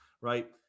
right